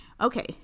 okay